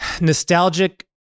nostalgic